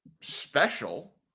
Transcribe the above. special